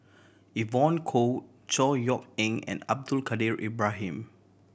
Evon Kow Chor Yeok Eng and Abdul Kadir Ibrahim